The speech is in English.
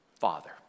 father